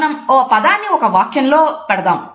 మనం ఆ పదాన్ని ఒక వాక్యంలో వాడదాం